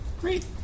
Great